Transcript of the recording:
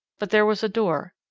but there was a door,